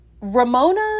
Ramona